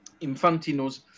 infantinos